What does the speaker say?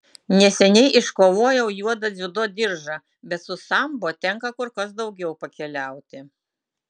neseniai iškovojau juodą dziudo diržą bet su sambo tenka kur kas daugiau pakeliauti